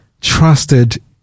trusted